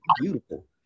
beautiful